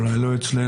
אולי לא אצלנו,